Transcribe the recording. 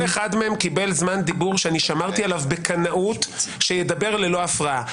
-- כל אחד מהם קיבל זמן דיבור ששמרתי עליו בקנאות שידבר ללא הפרעה.